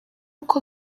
uko